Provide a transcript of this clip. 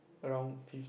around fifth